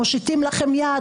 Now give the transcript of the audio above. מושיטים לכם יד,